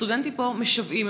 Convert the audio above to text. הסטודנטים משוועים.